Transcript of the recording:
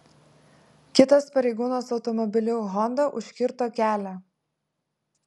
kitas pareigūnas automobiliu honda užkirto kelią